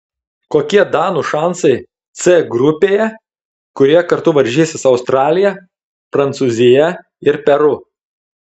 kokie danų šansai c grupėje kurioje kartu varžysis australija prancūzija ir peru